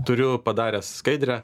turiu padaręs skaidrę